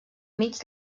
mig